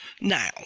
now